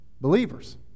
Believers